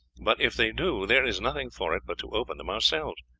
but if they do there is nothing for it but to open them ourselves.